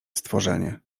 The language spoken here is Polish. stworzenie